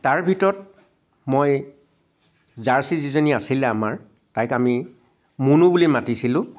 তাৰ ভিতৰত মই জাৰ্চি যিজনী আছিলে আমাৰ তাইক আমি মুনু বুলি মাতিছিলোঁ